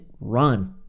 run